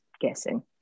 guessing